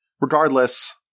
Regardless